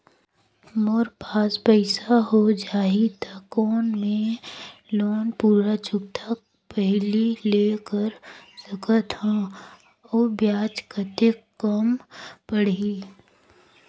मोर पास पईसा हो जाही त कौन मैं लोन पूरा चुकता पहली ले कर सकथव अउ ब्याज कतेक कम पड़ही?